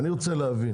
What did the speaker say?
לי,